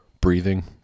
breathing